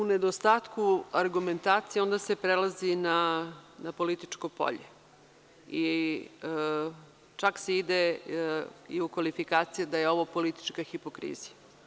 U nedostatku argumentacije odmah se prelazi na političko polje i čak se ide i u kvalifikacije da je ovo politička hipokrizija.